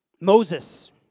Moses